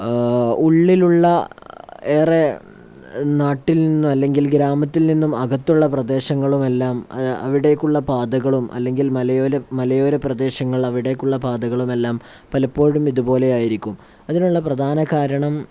ഉള്ളിലുള്ള ഏറെ നാട്ടിൽ നിന്നും അല്ലെങ്കിൽ ഗ്രാമത്തിൽ നിന്നും അകത്തുള്ള പ്രദേശങ്ങളുമെല്ലാം അവിടേക്കുള്ള പാതകളും അല്ലെങ്കിൽ മലയോര പ്രദേശങ്ങൾ അവിടേക്കുള്ള പാതകളുമെല്ലാം പലപ്പോഴും ഇതുപോലെയായിരിക്കും അതിനുള്ള പ്രധാന കാരണം